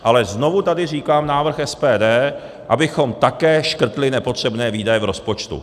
Ale znovu tady říkám návrh SPD, abychom také škrtli nepotřebné výdaje v rozpočtu.